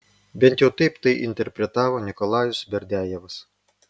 bent jau taip tai interpretavo nikolajus berdiajevas